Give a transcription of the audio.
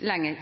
lenger.